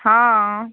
हाँ हँ